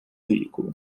veículo